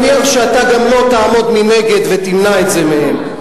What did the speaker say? אני מניח גם שאתה לא תעמוד ותמנע את זה מהם.